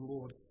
Lord